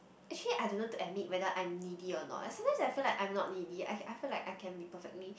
actually I don't know to admit whether I'm needy or not like sometimes I feel like I'm not needy I I feel like I can be perfectly